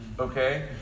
okay